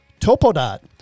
TopoDot